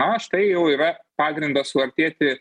na štai jau yra pagrindas suartėti